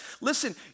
Listen